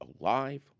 Alive